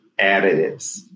additives